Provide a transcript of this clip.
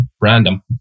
random